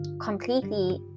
completely